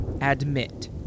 admit